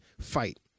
fight